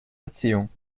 erziehung